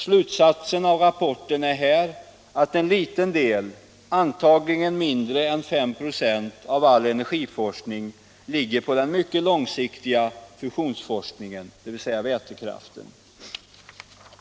Slutsatsen av rapporten är här att en liten del, antagligen mindre än 5 96 av all energiforskning, ligger på den mycket långsiktiga fusionsforskningen, dvs. vätekraft.